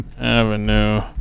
Avenue